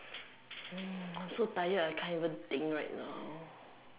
hmm I'm so tired I can't even think right now